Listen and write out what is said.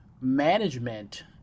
management